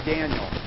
Daniel